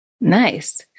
Nice